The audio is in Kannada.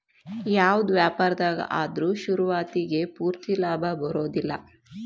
ಯಾವ್ದ ವ್ಯಾಪಾರ್ದಾಗ ಆದ್ರು ಶುರುವಾತಿಗೆ ಪೂರ್ತಿ ಲಾಭಾ ಬರೊದಿಲ್ಲಾ